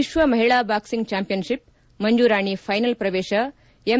ವಿಶ್ವ ಮಹಿಳಾ boxing champion ship Manjurani final ಪ್ರವೇಶ ಎಂ